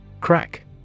Crack